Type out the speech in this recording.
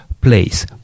place